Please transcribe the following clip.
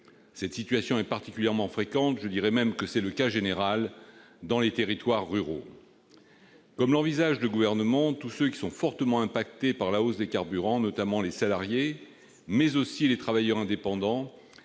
Cette situation est particulièrement fréquente- c'est même le cas général -dans les territoires ruraux. Comme l'envisage le Gouvernement, tous ceux qui sont fortement affectés par la hausse des carburants- notamment les salariés, mais aussi les travailleurs indépendants,